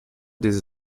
des